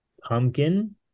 pumpkin